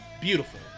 Beautiful